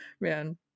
man